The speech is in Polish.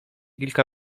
kilka